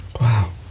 wow